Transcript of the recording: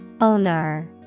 Owner